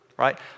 right